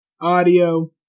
audio